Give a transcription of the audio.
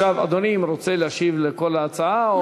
אדוני רוצה להשיב על כל ההצעה?